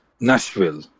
nashville